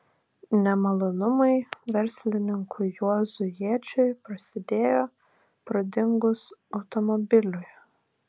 nemalonumai verslininkui juozui jėčiui prasidėjo pradingus automobiliui